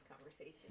conversation